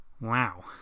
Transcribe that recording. Wow